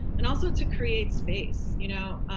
and also to create space. you know,